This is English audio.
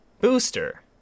Booster